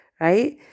right